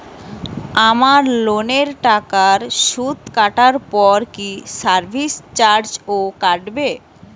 আমার লোনের টাকার সুদ কাটারপর কি সার্ভিস চার্জও কাটবে?